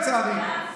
לצערי.